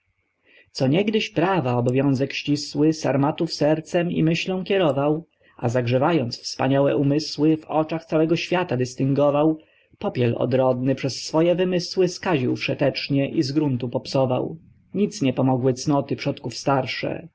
co niegdyś prawa obowiązek ścisły sarmatów sercem i myślą kierował a zagrzewając wspaniałe umysły w oczach całego świata dystyngwował popiel odrodny przez swoje wymysły skaził wszetecznie i z gruntu popsował nic nie pomogły cnoty przodków starsze